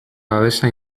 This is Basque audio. babesa